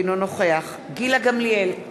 אינו נוכח גילה גמליאל,